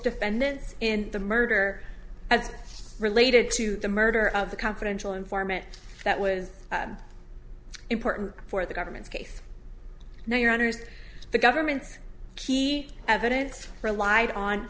defendants in the murder as related to the murder of the confidential informant that was important for the government's case now your honour's the government's key evidence relied on